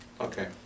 Okay